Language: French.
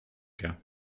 cas